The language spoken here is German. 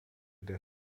der